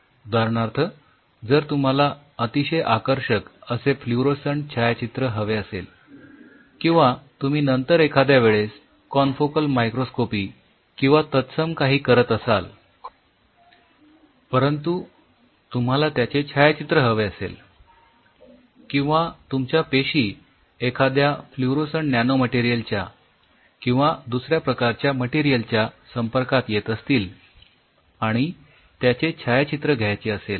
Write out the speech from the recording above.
उदाहरणार्थ जर तुम्हाला अतिशय आकर्षक असे फ्लुरोसन्ट छायाचित्र हवे असेल किंवा तुम्ही नंतर एखाद्या वेळेस कोनफोकल मायक्रोस्कोपी किंवा तत्सम काही करत असाल परंतु तुम्हाला त्याचे छायाचित्र हवे असेल किंवा तुमच्या पेशी एखाद्या फ्लुरोसन्ट नॅनोमटेरियलच्या किंवा दुसऱ्या प्रकारच्या मटेरियलच्या संपर्कात येत असतील आणि त्याचे छायाचित्र घ्यायचे असेल